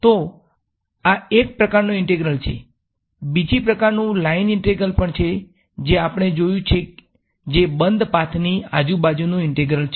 તો આ એક પ્રકારનો ઇન્ટેગ્રલ છે બીજી પ્રકારનુ લાઇન ઇન્ટિગ્રલ પણ છે જે આપણે જોયુ છે જે બંધ પાથની આજુ બાજુ નુ ઇન્ટેગ્રલ છે